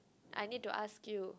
I need to ask you